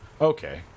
okay